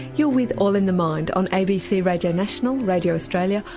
you're with all in the mind on abc radio national, radio australia,